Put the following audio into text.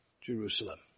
Jerusalem